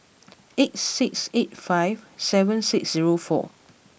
eight six eight five seven six zero four